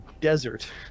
desert